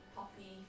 Poppy